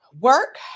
work